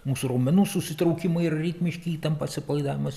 mūsų raumenų susitraukimai ritmiški įtampa atsipalaidavimas